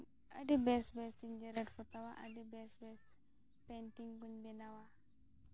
ᱟᱹᱰᱤ ᱵᱮᱥ ᱵᱮᱥ ᱤᱧ ᱡᱮᱨᱮᱲ ᱯᱚᱛᱟᱣᱟ ᱟᱹᱰᱤ ᱵᱮᱥ ᱵᱮᱥ ᱯᱮᱱᱴᱤᱝ ᱠᱚᱧ ᱵᱮᱱᱟᱣᱟ